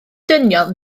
dynion